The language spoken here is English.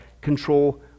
control